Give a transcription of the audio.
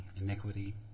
iniquity